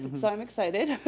so i'm excited.